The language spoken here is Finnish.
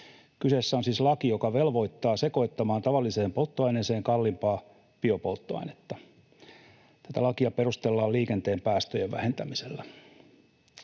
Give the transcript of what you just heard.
Kyseessä on siis laki, joka velvoittaa sekoittamaan tavalliseen polttoaineeseen kalliimpaa biopolttoainetta. Tätä lakia perustellaan liikenteen päästöjen vähentämisellä.